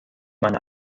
meine